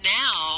now